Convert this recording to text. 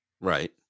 Right